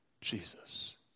Jesus